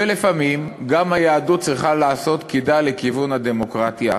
ולפעמים גם היהדות צריכה לעשות קידה לכיוון הדמוקרטיה,